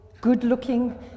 good-looking